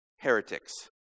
heretics